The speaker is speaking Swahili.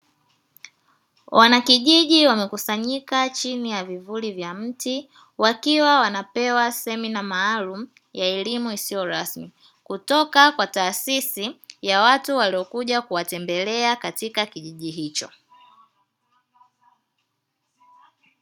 Wanakijijini wamekusanyika chini ya vimvuli vya miti, wakiwa wanapewa semina maalumu ya elimu isiyo rasmi, kutoka kwa taasisi ya watu waliokuja kuwatembelea katika kijiji hicho.